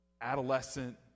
adolescent